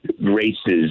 races